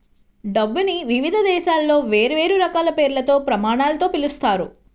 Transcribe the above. డబ్బుని వివిధ దేశాలలో వేర్వేరు రకాల పేర్లతో, ప్రమాణాలతో పిలుస్తారు